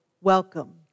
welcome